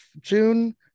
June